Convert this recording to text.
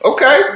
Okay